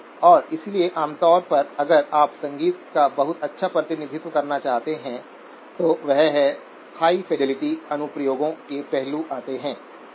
और इसलिए आमतौर पर अगर आप संगीत का बहुत अच्छा प्रतिनिधित्व करना चाहते हैं तो वह है जहां हाई फिडेलिटी अनुप्रयोगों के पहलू आते हैं ठीक है